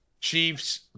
Chiefs